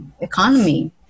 economy